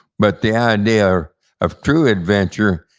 but the idea of true adventure,